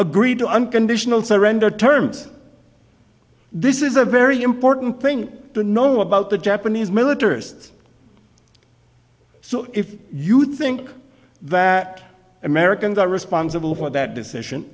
agree to unconditional surrender terms this is a very important thing to know about the japanese militarists so if you think that americans are responsible for that decision